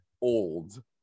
old